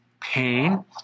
pain